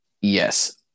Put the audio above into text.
Yes